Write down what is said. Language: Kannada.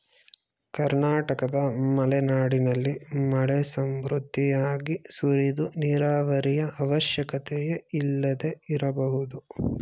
ಕರ್ನಾಟಕದ ಮಲೆನಾಡಿನಲ್ಲಿ ಮಳೆ ಸಮೃದ್ಧಿಯಾಗಿ ಸುರಿದು ನೀರಾವರಿಯ ಅವಶ್ಯಕತೆಯೇ ಇಲ್ಲದೆ ಇರಬಹುದು